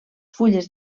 fulles